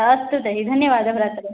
अस्तु तर्हि धन्यवादः भ्रातरः